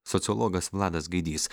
sociologas vladas gaidys